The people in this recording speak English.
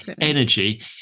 energy